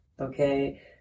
okay